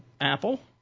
Apple